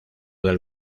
del